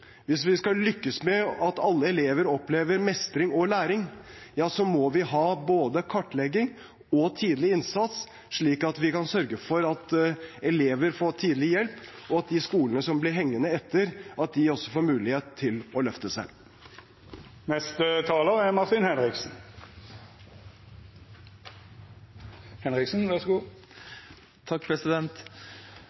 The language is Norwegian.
hvis vi skal lykkes med at alle elever opplever mestring og læring, må vi ha både kartlegging og tidlig innsats, slik at vi kan sørge for at elever får tidlig hjelp, og at skolene som blir hengende etter, får mulighet til å løfte seg. Først takk til interpellanten, som tar opp temaet forskjeller mellom skoler. Det er